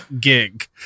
gig